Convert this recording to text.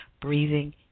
breathing